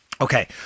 Okay